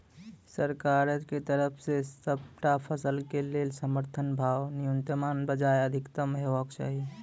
सरकारक तरफ सॅ सबटा फसलक लेल समर्थन भाव न्यूनतमक बजाय अधिकतम हेवाक चाही?